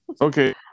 Okay